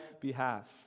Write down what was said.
behalf